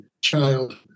child